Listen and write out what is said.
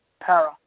Para